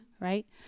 right